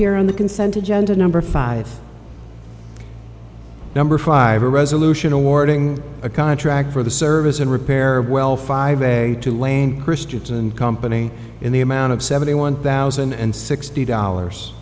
peer on the consent agenda number five number five a resolution awarding a contract for the service and repair well five day to land christians and company in the amount of seventy one thousand and sixty dollars